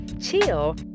chill